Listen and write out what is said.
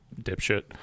dipshit